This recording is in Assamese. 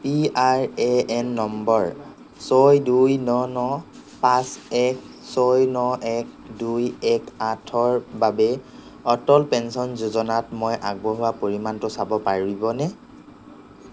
P I A N number ছয় দুই ন ন পাঁচ এক ছয় ন এক দুই এক আঠৰ বাবে অটল পেঞ্চন যোজনাত মই আগবঢ়োৱা পৰিমাণটো চাব পাৰিবনে